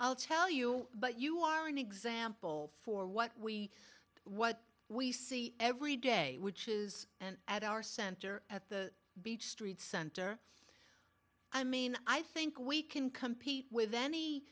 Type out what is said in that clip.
i'll tell you but you are an example for what we what we see every day which is and at our center at the beach street center i mean i think we can compete with any